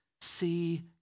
see